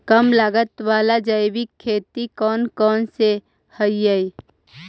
कम लागत वाला जैविक खेती कौन कौन से हईय्य?